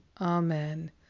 Amen